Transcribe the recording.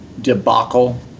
debacle